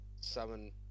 summon